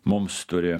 mums turi